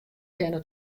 kinne